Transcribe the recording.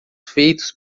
feitos